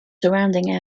surrounding